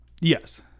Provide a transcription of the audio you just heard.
Yes